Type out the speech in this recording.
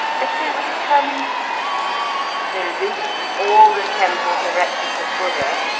as they were determined to loot all the temples erected to buddha,